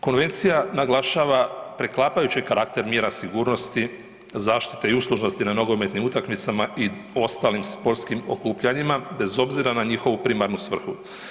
Konvencija naglašava preklapajući karakter mjera sigurnosti, zaštite i uslužnosti na nogometnim utakmicama i ostalim sportskim okupljanjima bez obzira na njihovu primarnu svrhu.